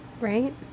Right